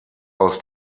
aus